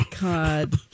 God